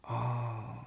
oh